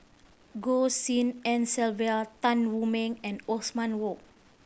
Goh Tshin En Sylvia Tan Wu Meng and Othman Wok